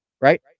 Right